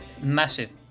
massive